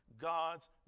God's